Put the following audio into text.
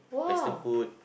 western food